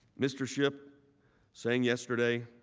mr. schiff saying yesterday